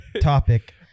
topic